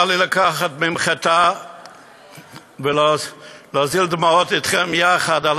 בא לי לקחת ממחטה ולהזיל דמעות אתכם יחד על